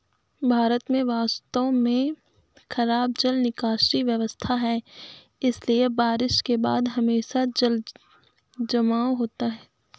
भारत में वास्तव में खराब जल निकासी व्यवस्था है, इसलिए बारिश के बाद हमेशा जलजमाव होता है